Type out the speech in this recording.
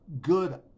good